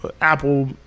Apple